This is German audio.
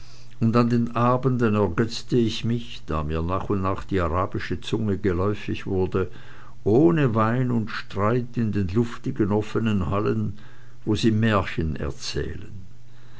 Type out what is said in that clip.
und an den abenden ergötzte ich mich da mir nach und nach die arabische zunge geläufig wurde ohne wein und streit in den luftigen offenen hallen wo sie marchen erzählen